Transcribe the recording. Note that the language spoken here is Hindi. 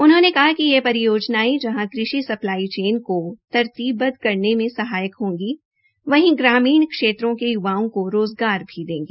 उन्होने कहा कि ये परियोजनायें जहां कृषि सप्लाई चेन को तरतीबबद्ध करने में सहायक होगी वहीं ग्रामीण क्षेत्रों के य्वाओं को रोज़गार भी देगी